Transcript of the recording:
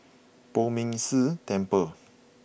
Poh Ming Tse Temple